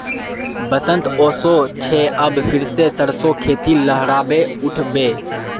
बसंत ओशो छे अब फिर से सरसो खेती लहराबे उठ बे